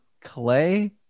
Clay